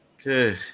Okay